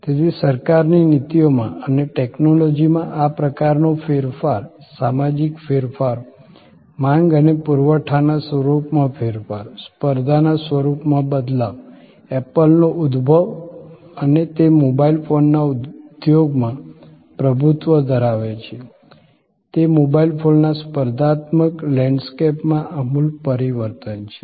તેથી સરકારની નીતિઓમાં અને ટેક્નોલોજીમાં આ પ્રકારનો ફેરફાર સામાજિક ફેરફારો માંગ અને પુરવઠાના સ્વરૂપમાં ફેરફાર સ્પર્ધાના સ્વરૂપમાં બદલાવ એપલનો ઉદભવ અને તે મોબાઇલ ફોનના ઉદ્યોગમાં પ્રભુત્વ ધરાવે છે તે મોબાઇલ ફોનના સ્પર્ધાત્મક લેન્ડસ્કેપમાં આમૂલ પરિવર્તન છે